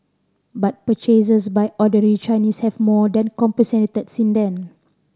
but purchases by ordinary Chinese have more than compensated since then